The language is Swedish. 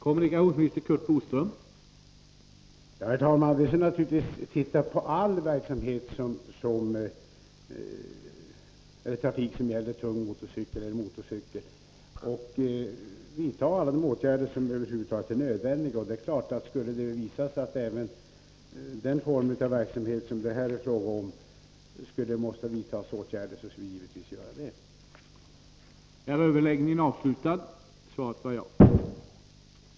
Herr talman! Vi skall naturligtvis titta på all trafik med tung motorcykel eller annan motorcykel och vidta alla åtgärder som över huvud taget är nödvändiga. Skulle det visa sig att det, även beträffande den form av verksamhet som det här är fråga om, skulle behövas åtgärder kommer vi givetvis att vidta sådana.